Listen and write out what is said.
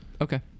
Okay